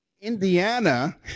Indiana